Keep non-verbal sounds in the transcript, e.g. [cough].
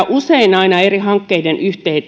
[unintelligible] usein sanotaan aina eri hankkeiden